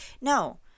No